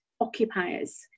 occupiers